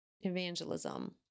evangelism